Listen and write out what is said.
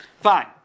fine